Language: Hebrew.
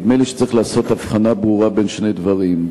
נדמה לי שצריך לעשות הבחנה ברורה בין שני דברים: